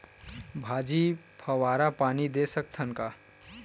भाजी फवारा पानी दे सकथन का?